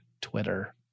Twitter